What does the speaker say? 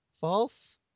False